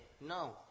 No